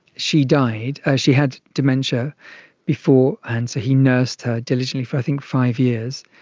she died, she had dementia before and so he nursed her diligently for i think five years.